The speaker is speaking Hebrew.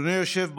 אדוני היושב בראש,